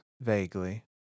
vaguely